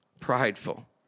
prideful